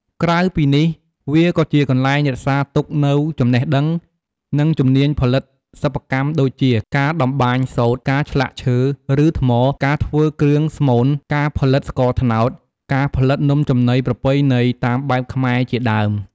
ក្រៅពីនេះវាក៏ជាកន្លែងរក្សាទុកនូវចំណេះដឹង និងជំនាញផលិតសិប្បកម្មដូចជា ការតម្បាញសូត្រ ការឆ្លាក់ឈើ ឬថ្ម ការធ្វើគ្រឿងស្មូន ការផលិតស្ករត្នោត ការផលិតនំចំណីប្រពៃណីតាមបែបខ្មែរជាដើម។